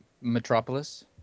Metropolis